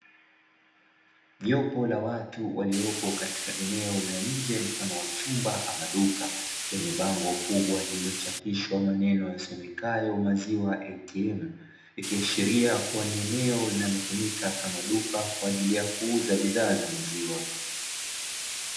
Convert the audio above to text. Jopo la watu waliopo katika eneo la nje mfano wa chumba ama duka lenye bango kubwa lililo chapishwa maneno yasomekayo “maziwa ATM”; ikiashiria kua ni eneo linalo tumika kama duka kwa ajili ya kuuza bidhaa za maziwa.